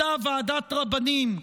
אותה ועדת רבנים,